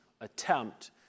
attempt